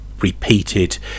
repeated